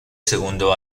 segundo